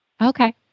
Okay